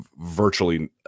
virtually